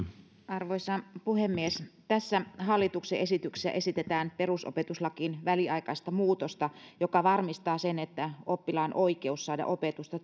arvoisa puhemies tässä hallituksen esityksessä esitetään perusopetuslakiin väliaikaista muutosta joka varmistaa sen että oppilaan oikeus saada opetusta